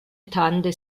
tante